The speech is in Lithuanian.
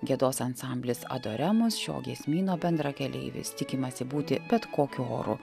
giedos ansamblis adoremus šio giesmyno bendrakeleivis tikimasi būti bet kokiu oru